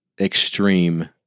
extreme